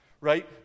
right